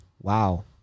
wow